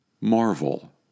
Marvel